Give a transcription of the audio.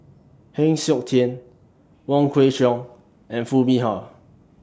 Heng Siok Tian Wong Kwei Cheong and Foo Mee Har